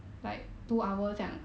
mm